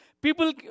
People